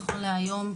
נכון להיום,